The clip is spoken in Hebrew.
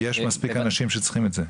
יש מספיק אנשים שצריכים את זה.